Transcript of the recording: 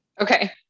Okay